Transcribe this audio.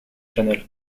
channel